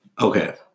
Okay